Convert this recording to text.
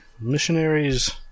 Missionaries